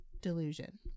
delusion